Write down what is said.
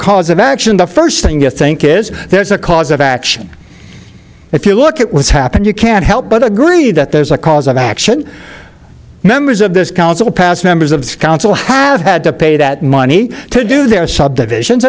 cause of action the first thing to think is there's a cause of action if you look at what's happened you can't help but agree that there's a cause of action members of this council past members of the council have had to pay that money to do their subdivisions